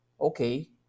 okay